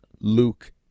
Luke